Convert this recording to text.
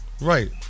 right